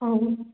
ହଉ